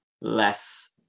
less